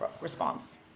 response